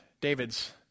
David's